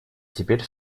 теперь